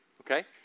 okay